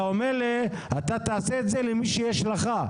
אתה אומר שאתה תעשה את זה למי שיש לך,